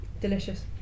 delicious